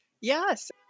Yes